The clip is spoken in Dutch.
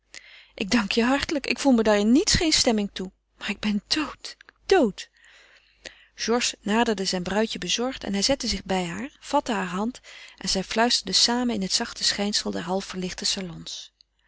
ik dank je hartelijk ik voel me daar in niets geen stemming toe maar ik ben dood dood georges naderde zijn bruidje bezorgd en hij zette zich bij haar vatte heur hand en zij fluisterden samen in het zachte schijnsel der halfverlichte salons